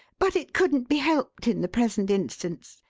but it couldn't be helped in the present instance.